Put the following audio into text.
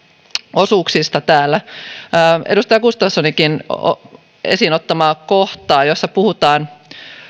osuuksista edustaja gustafssoninkin esiin ottamaa kohtaa jossa puhutaan